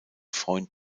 freund